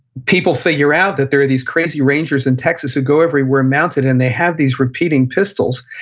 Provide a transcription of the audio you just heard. people figure out that there are these crazy rangers in texas who go everywhere mounted, and they have these repeating pistols.